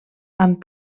amb